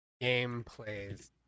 Gameplays